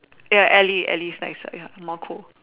ya Ellie Ellie is nicer ya more cool